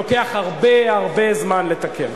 לוקח הרבה הרבה זמן לתקן.